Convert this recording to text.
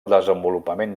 desenvolupament